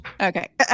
Okay